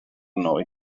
noi